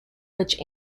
which